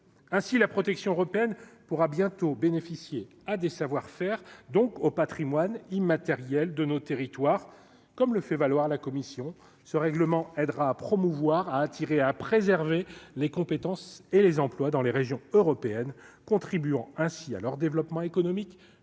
ainsi la protection européenne pourra bientôt bénéficier à des savoir-faire, donc au Patrimoine immatériel de nos territoires, comme le fait valoir la Commission ce règlement aidera à promouvoir à attirer à préserver les compétences et les emplois dans les régions européennes, contribuant ainsi à leur développement économique,